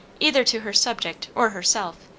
either to her subject or herself,